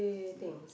don't know